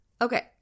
Okay